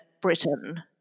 Britain